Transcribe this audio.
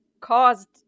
caused